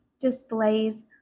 displays